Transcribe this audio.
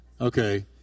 okay